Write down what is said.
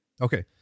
Okay